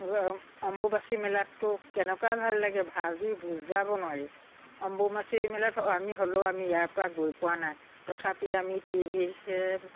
অম্বুমাচী মেলাততো কেনেকুৱা ভাল লাগে ভাবি বুজাব নোৱাৰি অম্বুবাচী মেলাত আমি হ'লেও আমি ইয়াৰ পৰা গৈ পোৱা নাই তথাপি আমি টিভি